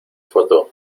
foto